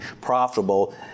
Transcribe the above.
profitable